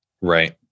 Right